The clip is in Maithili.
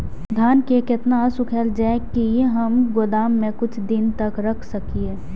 धान के केतना सुखायल जाय की हम गोदाम में कुछ दिन तक रख सकिए?